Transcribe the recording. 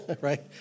right